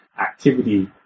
activity